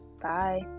bye